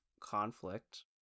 conflict